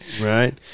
right